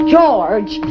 George